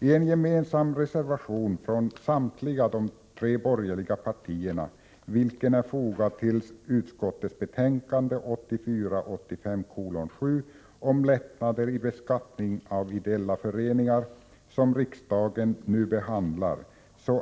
I en gemensam reservation från samtliga de tre borgerliga partierna, vilken är fogad till utskottets betänkande om lättnader i beskattningen av ideella föreningar, som riksdagen nu behandlar,